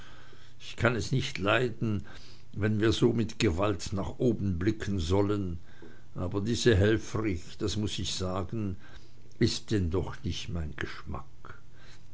ich kann es nicht leiden wenn wir so mit gewalt nach oben blicken sollen aber diese helfrich das muß ich sagen ist denn doch auch nicht mein geschmack